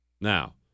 Now